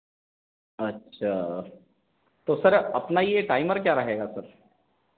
अच्छा तो सर अपना यह टाइमर क्या रहेगा सर